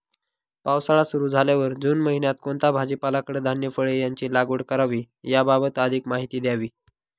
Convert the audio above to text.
पावसाळा सुरु झाल्यावर जून महिन्यात कोणता भाजीपाला, कडधान्य, फळे यांची लागवड करावी याबाबत अधिक माहिती द्यावी?